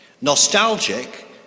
Nostalgic